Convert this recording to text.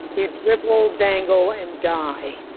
you dribble, dangle and die.